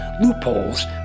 loopholes